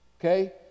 Okay